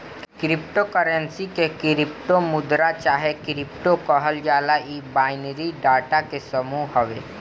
crypto currency के crypto मुद्रा चाहे क्रिप्टो कहल जाला इ बाइनरी डाटा के समूह हवे